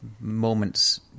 moments